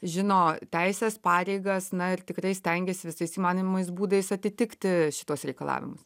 žino teises pareigas na ir tikrai stengiasi visais įmanomais būdais atitikti šituos reikalavimus